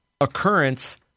occurrence